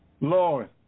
Lord